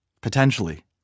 potentially